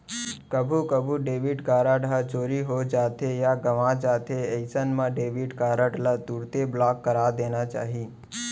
कभू कभू debit card ह चोरी हो जाथे या गवॉं जाथे अइसन मन डेबिट कारड ल तुरते ब्लॉक करा देना चाही